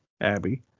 Abby